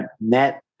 net